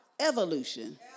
evolution